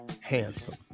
handsome